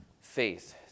faith